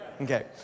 Okay